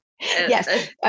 yes